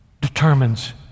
determines